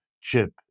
chip